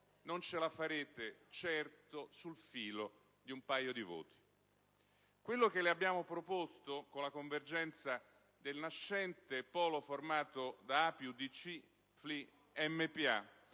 non ce la farete certo sul filo di un paio di voti. Quello che le abbiamo proposto con la convergenza del nascente polo formato da ApI, UDC, FLI, MpA